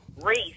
Reese